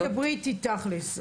בואי דברי איתי תכלס.